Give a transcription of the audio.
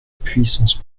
puissance